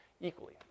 equally